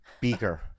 Beaker